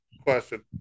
question